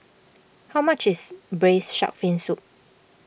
how much is Braised Shark Fin Soup